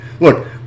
Look